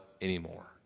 anymore